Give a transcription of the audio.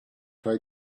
try